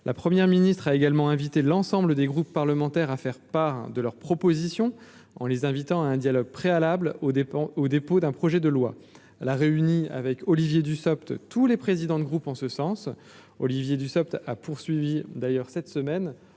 la première ministre a également invité l'ensemble des groupes parlementaires à faire part de leurs propositions, en les invitant à un dialogue préalable aux dépens au dépôt d'un projet de loi elle réuni avec Olivier Dussopt, tous les présidents de groupe en ce sens, Olivier Dussopt a poursuivi d'ailleurs cette semaine